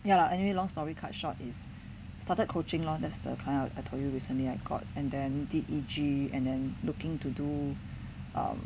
ya lah anyway long story cut short is started coaching lor that's the client I told you recently I got and then D_E_G and then looking to do